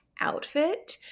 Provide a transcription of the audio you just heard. outfit